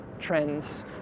trends